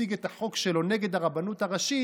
והציג את החוק שלו נגד הרבנות הראשית,